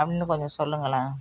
அப்படீன்னு கொஞ்சம் சொல்லுங்களேன்